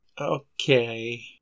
Okay